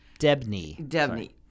Debney